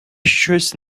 щось